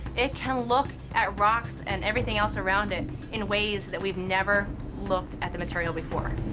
it can look at rocks and everything else around it in ways that we've never looked at the material before.